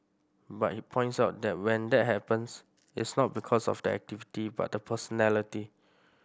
but he points out that when that happens it's not because of the activity but the personality